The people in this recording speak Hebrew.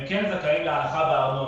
הם כן זכאים להנחה בארנונה.